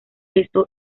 esto